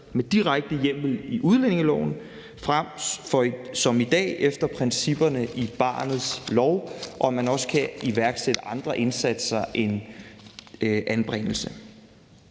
med direkte hjemmel i udlændingeloven frem for som i dag efter principperne i barnets lov, og så man også kan iværksætte andre indsatser end anbringelse.